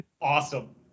Awesome